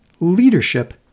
leadership